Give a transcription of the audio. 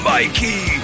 Mikey